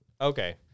Okay